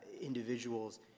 individuals